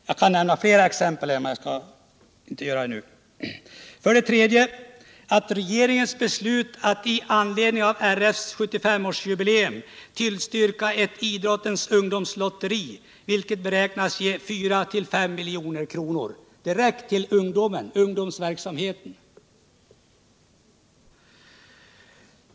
Jag kan nämna fler exempel, men jag skall inte göra det nu. För det tredje beräknas regeringens beslut att i anledning av RF:s 75 årsjubileum tillstyrka ett idrottens ungdomslotteri ge 4-5 milj.kr. direkt till ungdomsverksamheten.